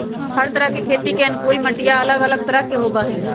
हर तरह खेती के अनुकूल मटिया अलग अलग तरह के होबा हई